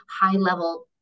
high-level